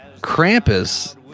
Krampus